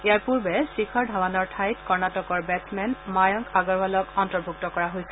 ইয়াৰ পূৰ্বে শিখৰ ধাৱানৰ ঠাইত কৰ্ণাটকৰ বেটছমেন মায়ংক আগৰৱালক অন্তৰ্ভূক্ত কৰা হৈছিল